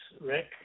Rick